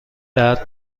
درد